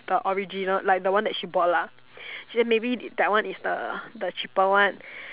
the original like the one that she bought lah she say maybe that one is the the cheaper one